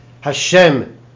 Hashem